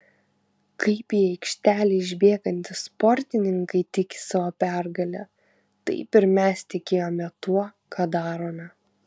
kaip į aikštelę išbėgantys sportininkai tiki savo pergale taip ir mes tikėjome tuo ką darome